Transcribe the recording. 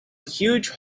huge